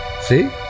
See